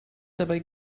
dabei